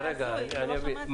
שאני אבין.